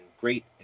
great